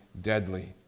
deadly